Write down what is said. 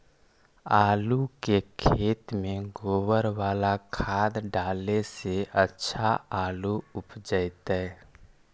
आलु के खेत में गोबर बाला खाद डाले से अच्छा आलु उपजतै?